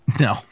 No